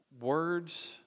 words